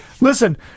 Listen